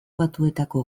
batuetako